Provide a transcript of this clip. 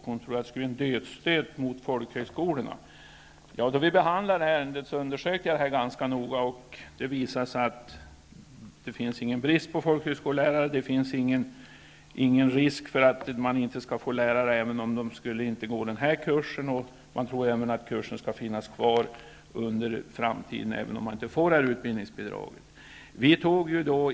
Hon trodde att det skulle bli en dödsstöt mot folkhögskolorna. Jag gjorde en noggrann undersökning när ärendet behandlades. Det visade sig att det inte finns någon brist på folkhögskolelärare. Det finns inte någon risk att det inte skulle gå att rekrytera lärare om de inte har genomgått denna kurs. Man tror också att kursen kommer att finnas kvar i framtiden även om inte utbildningsbidraget kommer